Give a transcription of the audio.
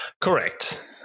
Correct